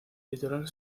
litoral